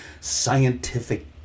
scientific